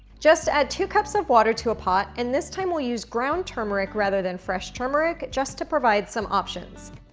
just add two cups of water to a pot and this time we'll use ground turmeric rather than fresh turmeric just to provide some options.